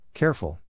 Careful